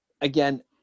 again